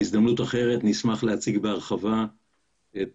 בהזדמנות אחרת נשמח להציג בהרחבה את